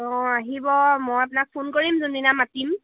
অঁ আহিব মই আপোনাক ফোন কৰিম যোনদিনা মাতিম